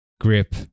grip